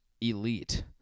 elite